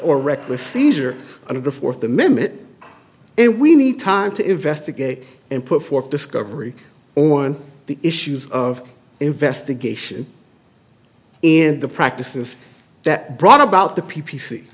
or reckless seizure of the fourth amendment and we need time to investigate and put forth discovery on the issues of investigation and the practices that brought about